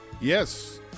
Yes